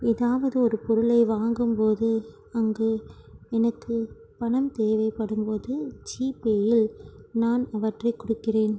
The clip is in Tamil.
ஏதாவது ஒரு பொருளை வாங்கும் போது அங்கு எனக்கு பணம் தேவைப்படும் போது ஜீபேயில் நான் அவற்றை கொடுக்கிறேன்